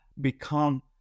become